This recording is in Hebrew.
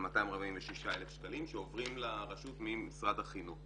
246,000 שקלים שעוברים לרשות ממשרד החינוך.